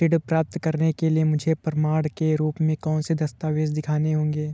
ऋण प्राप्त करने के लिए मुझे प्रमाण के रूप में कौन से दस्तावेज़ दिखाने होंगे?